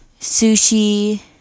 sushi